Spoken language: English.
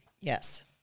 yes